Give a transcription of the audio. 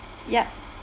yup